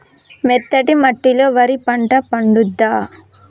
మెత్తటి మట్టిలో వరి పంట పండుద్దా?